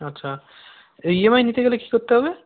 আচ্ছা ইএমআই নিতে গেলে কি করতে হবে